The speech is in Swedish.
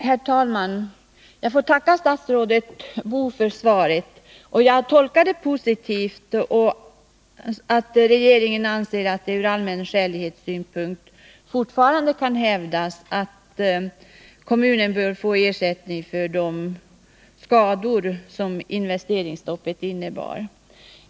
Herr talman! Jag får tacka statsrådet Boo för svaret. Det är positivt att regeringen anser att det ur allmän skälighetssynpunkt fortfarande kan hävdas att Luleå kommun bör få ersättning för de skador som investeringsstoppet innebar.